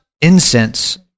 incense